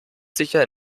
sicher